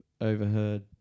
overheard